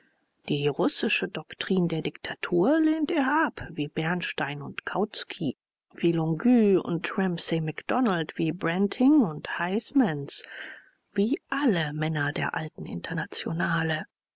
die russische doktrin der diktatur lehnt er ab wie bernstein und kautsky wie longuet und ramsay macdonald wie branting und huysmans wie alle männer der alten internationale